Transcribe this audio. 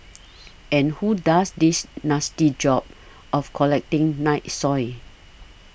and who does this nasty job of collecting night soil